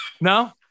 No